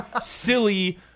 silly